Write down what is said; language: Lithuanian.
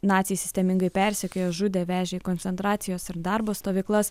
naciai sistemingai persekiojo žudė vežė į koncentracijos ir darbo stovyklas